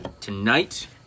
Tonight